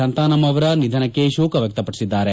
ಸಂತಾನಮ್ ಅವರ ನಿಧನಕ್ಷೆ ಶೋಕ ವ್ಯಕ್ಷಪಡಿಸಿದ್ದಾರೆ